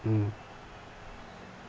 mm